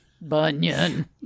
Bunyan